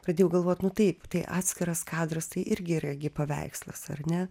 pradėjau galvot nu taip tai atskiras kadras tai irgi yra gi paveikslas ar ne